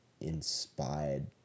inspired